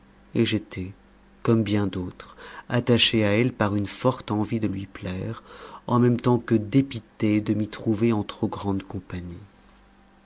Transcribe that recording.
et j'étais comme bien d'autres attaché à elle par une forte envie de lui plaire en même temps que dépité de m'y trouver en trop grande compagnie